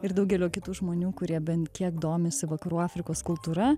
ir daugelio kitų žmonių kurie bent kiek domisi vakarų afrikos kultūra